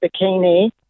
bikini